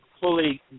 fully